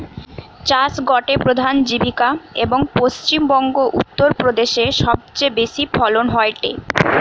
চাষ গটে প্রধান জীবিকা, এবং পশ্চিম বংগো, উত্তর প্রদেশে সবচেয়ে বেশি ফলন হয়টে